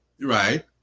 Right